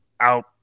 out